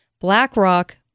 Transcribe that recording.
BlackRock